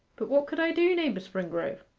but what could i do, naibour springrove?